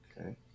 Okay